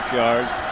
yards